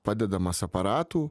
padedamas aparatų